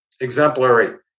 exemplary